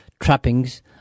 trappings